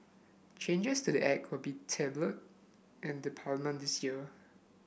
changes to the Act will be tabled in the Parliament this year